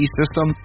system